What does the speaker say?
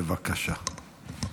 בבקשה.